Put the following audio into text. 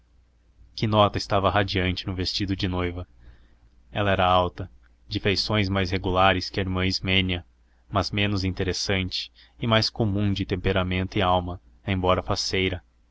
e flexíveis quinota estava radiante no vestido de noiva ela era alta de feições mais regulares que a irmã ismênia mas menos interessante e mais comum de temperamento e alma embora faceira